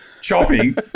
chopping